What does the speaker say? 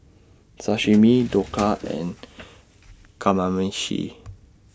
Sashimi Dhokla and Kamameshi